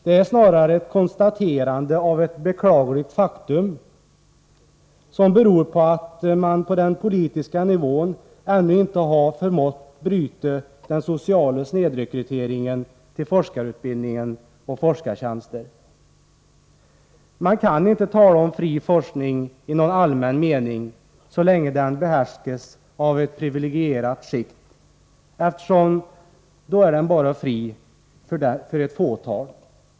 Det är snarare ett konstaterande av ett beklagligt faktum som beror på att man på den politiska nivån ännu inte har förmått bryta den sociala snedrekryteringen till forskarutbildning och forskartjänster. Man kan inte tala om fri forskning i någon allmän mening, så länge den behärskas av ett priviligierat skikt, eftersom den då är fri bara för ett fåtal.